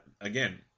Again